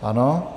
Ano.